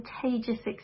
contagious